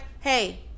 hey